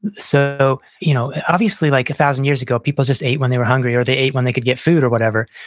and so you know obviously like a thousand years ago, people just ate when they were hungry or they ate when they could get food or whatever.